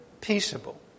peaceable